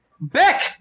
Beck